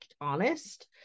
honest